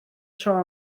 tro